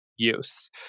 use